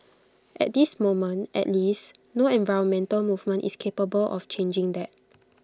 at this moment at least no environmental movement is capable of changing that